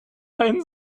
einen